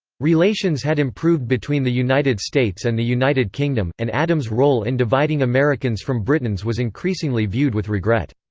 relations had improved between the united states and the united kingdom, and adams' role in dividing americans from britons was increasingly viewed with regret.